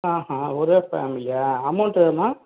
ஆ ஆ ஒரே ஃபேமிலியா அமௌண்ட் எவ்வளோம்மா